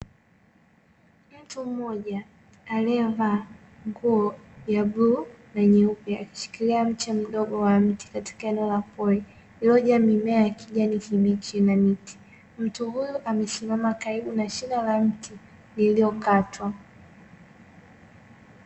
Mtu mmoja aliyevaa nguo ya bluu na nyeupe, akishikilia mche mdogo katika eneo la pori, lililojaa mmea ya kijani kibichi. Mtu huyu amesimama karibu na shina la mti uliyokatwa.